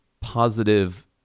positive